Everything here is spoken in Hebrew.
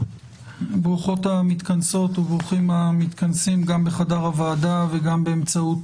ברוכות המתכנסות וברוכים המתכנסים גם בחדר הוועדה וגם באמצעות